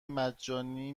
مجانی